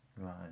right